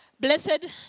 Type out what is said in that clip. Blessed